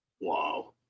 Wow